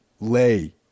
lay